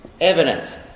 evidence